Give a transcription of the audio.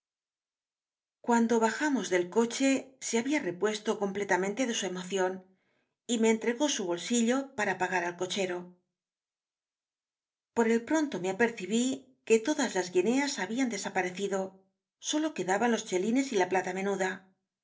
cuando bajamos del coche se había repuesto completamente de su emocion y me entregó su bolsillo pará pagar al cochero por el pronto me apetcibí que todas las guineas habian desapatecido solo quedaban los chelines y la plata menuda